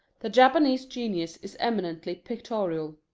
the japanese genius is eminently pictorial.